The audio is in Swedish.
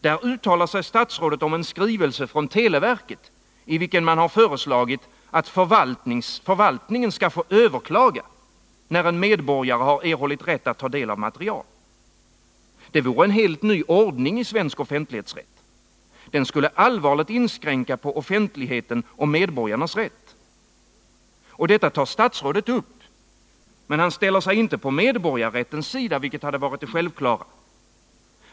Där uttalar sig statsrådet om en skrivelse från televerket, i vilken man föreslår, att förvaltningen skall få överklaga, när en medborgare erhållit rätt att ta del av material. Det vore en helt ny ordning i svensk offentlighetsrätt. Den skulle allvarligt inskränka på offentligheten och medborgarnas rätt. Detta tar statsrådet upp. Men han ställer sig inte på medborgarrättens sida, vilket hade varit det självklara.